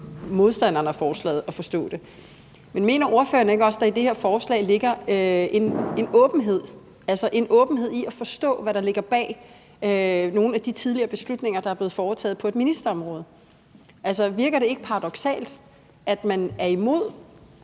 modstanderne af forslaget at forstå det. Men mener ordføreren ikke også, at der i det her forslag ligger en åbenhed i at forstå, hvad der ligger bag nogle af de beslutninger, der tidligere er blevet truffet, på et ministerområde? Virker det ikke paradoksalt, at man er imod,